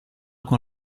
con